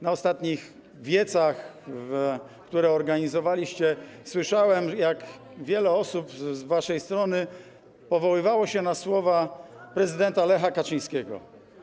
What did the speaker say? Na ostatnich wiecach, które organizowaliście, słyszałem, jak wiele osób z waszej strony powoływało się na słowa prezydenta Lecha Kaczyńskiego.